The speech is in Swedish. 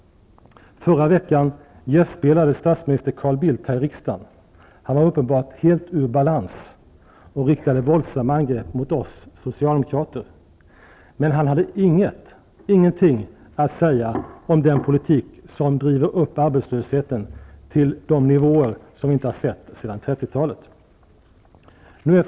Förra veckan gästspelade statsminister Carl Bildt i riksdagen. Han var uppenbarligen helt ur balans och riktade våldsamma angrepp mot oss socialdemokrater. Men han hade ingenting att säga om den politik som driver upp arbetslösheten till nivåer som vi inte har sett sedan 1930-talet.